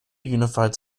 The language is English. unified